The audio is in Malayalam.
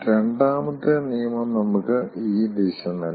രണ്ടാമത്തെ നിയമം നമുക്ക് ഈ ദിശ നൽകും